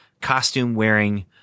costume-wearing